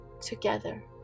together